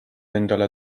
endale